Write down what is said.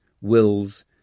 wills